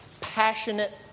passionate